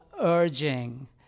urging